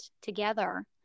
together